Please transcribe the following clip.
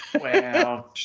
wow